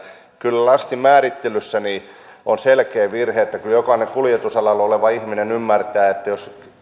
kyllä lastin määrittelyssä on selkeä virhe jokainen kuljetusalalla oleva ihminen ymmärtää että jos